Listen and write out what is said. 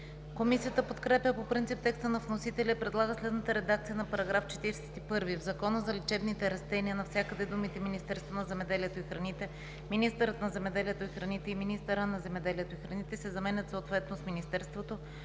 Комисията подкрепя по принцип текста на вносителя и предлага следната редакция на § 41 :„§ 41. В Закона за лечебните растения (обн., ДВ, бр. …) навсякъде думите „Министерството на земеделието и храните“, „министърът на земеделието и храните“ и „министъра на земеделието и храните“ се заменят съответно с „Министерството